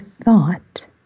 thought